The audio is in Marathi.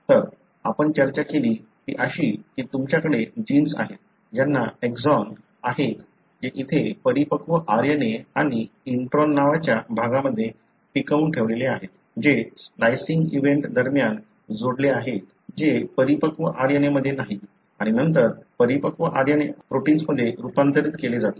तर आपण चर्चा केली ती अशी की तुमच्याकडे जिन्स आहेत ज्यांना एक्सॉन आहेत जे इथे परिपक्व RNA आणि इंट्रोन नावाच्या भागामध्ये टिकवून ठेवलेले आहेत जे स्प्लिसिन्ग इव्हेंट दरम्यान जोडले आहेत जे परिपक्व RNA मध्ये नाहीत आणि नंतर परिपक्व RNA आहे प्रोटिन्समध्ये रूपांतरित केले जाते